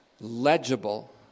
legible